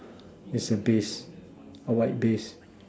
it's the piece a white piece